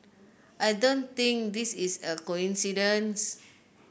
I don't think this is a coincidence